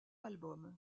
album